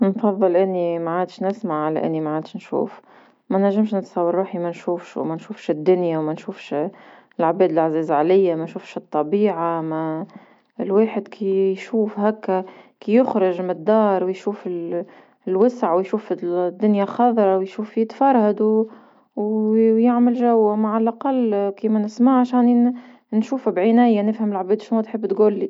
نفضل أني ما عادش نسمع على أني ما عادش نشوف، ما نجمش نتصور روحي ما نشوفش وما نشوفش الدنيا وما نشوفش العباد لي عزاز عليا ما نشوفش الطبيعة ما الواحد كي يشوف هاكا كي يخرج من الدار ويشوف ل- الوسع ويشوف الدنيا خضرا ويشوف يتفرهد ويعمل جو مع الأقل كي ما نسمعش يعني نشوف بعناية نفهم لعباد شنو تحب تقولي.